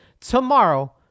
tomorrow